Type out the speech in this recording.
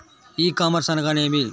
ఈ కామర్స్ అనగానేమి?